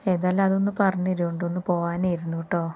ഏതായാലും അതൊന്നു പറഞ്ഞ തരണം ഒന്ന് പോവാനായിരുന്നു കെട്ടോ